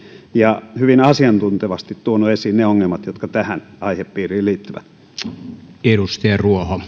ja hyvin asiantuntevasti tuonut esiin ne ongelmat jotka tähän aihepiiriin liittyvät